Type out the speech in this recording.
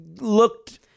looked